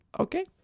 Okay